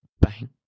Bang